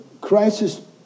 crisis